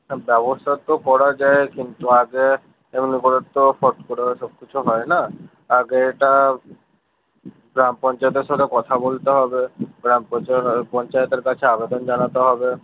হ্যাঁ ব্যবস্থা তো করা যায় কিন্তু আগে এমনি করে তো ফট করে সবকিছু হয়না আগে এটা গ্রাম পঞ্চায়েতের সঙ্গে কথা বলতে হবে গ্রাম পঞ্চায়েত পঞ্চায়েতের কাছে আবেদন জানাতে হবে